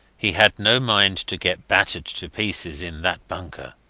he had no mind to get battered to pieces in that bunker.